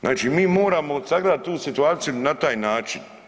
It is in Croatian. Znači mi moramo sagledati tu situaciju na taj način.